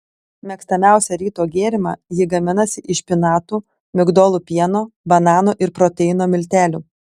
mėgstamiausią ryto gėrimą ji gaminasi iš špinatų migdolų pieno banano ir proteino miltelių